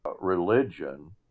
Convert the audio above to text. religion